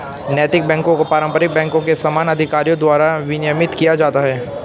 नैतिक बैकों को पारंपरिक बैंकों के समान अधिकारियों द्वारा विनियमित किया जाता है